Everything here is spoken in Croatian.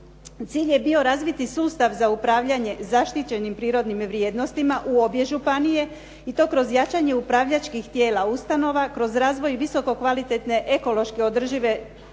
cilj je bio razviti sustav za upravljanje zaštićenim prirodnim vrijednostima u obje županije i to kroz jačanje upravljačkih tijela, ustanova, kroz razvoj i visoko kvalitetne ekološke održive